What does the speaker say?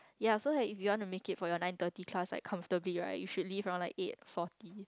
ya so like if you wanna make it for your nine thirty class like comfortably right you should leave around like eight forty